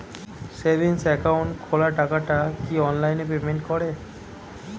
Savings account খোলা টাকাটা কি অনলাইনে পেমেন্ট করে?